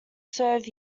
serve